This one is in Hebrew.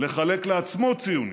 לחלק לעצמו ציונים,